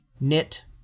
knit